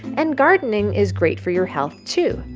and gardening is great for your health, too,